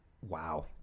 Wow